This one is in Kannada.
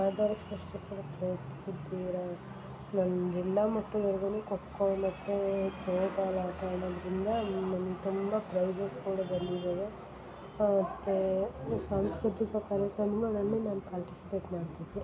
ನಾನು ಜಿಲ್ಲಾ ಮಟ್ಟದಾಗುನು ಖೋಖೋ ಮತ್ತು ತ್ರೋಬಾಲ್ ಆಟ ಆಡದರಿಂದ ನಮಗೆ ತುಂಬ ಪ್ರೈಸಸ್ ಕೂಡ ಬಂದಿದಾವೆ ಮತ್ತು ಸಾಂಸ್ಕೃತಿಕ ಕಾರ್ಯಕ್ರಮನು ನಲ್ಲಿ ನಾನು ಪಾರ್ಟಿಸಿಪೇಟ್ ಮಾಡ್ತಿದ್ದೆ